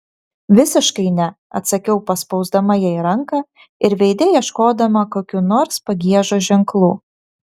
visiškai ne atsakiau paspausdama jai ranką ir veide ieškodama kokių nors pagiežos ženklų